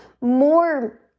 more